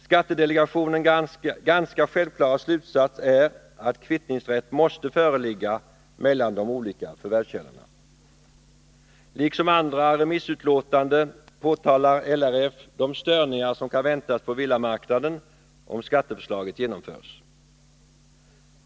Skattedelegationens ganska självklara slutsats är att kvittningsrätt måste föreligga mellan de olika förvärvskällorna. Liksom andra remissinstanser påtalar LRF de störningar som kan väntas på villamarknaden om skatteförslaget genomförs.